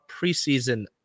preseason